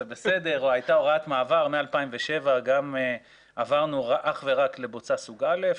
הייתה הוראת מעבר מ-2007 ועברנו אך ורק לבוצה סוג א'.